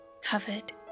covered